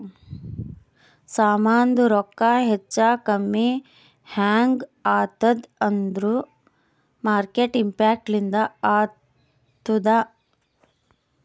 ಸಾಮಾಂದು ರೊಕ್ಕಾ ಹೆಚ್ಚಾ ಕಮ್ಮಿ ಹ್ಯಾಂಗ್ ಆತ್ತುದ್ ಅಂದೂರ್ ಮಾರ್ಕೆಟ್ ಇಂಪ್ಯಾಕ್ಟ್ ಲಿಂದೆ ಆತ್ತುದ